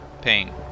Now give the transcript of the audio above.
pain